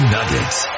Nuggets